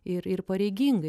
ir ir pareigingai